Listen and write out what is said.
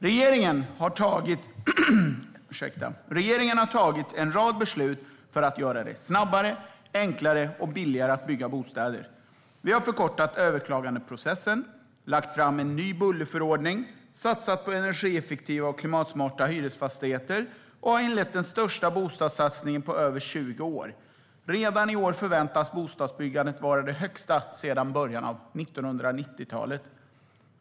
Regeringen har tagit en rad beslut för att göra det snabbare, enklare och billigare att bygga bostäder. Vi har förkortat överklagandeprocessen, lagt fram en ny bullerförordning, satsat på energieffektiva och klimatsmarta hyresfastigheter och inlett den största bostadssatsningen på över 20 år. Redan i år förväntas bostadsbyggandet vara det högsta sedan början av 1990talet.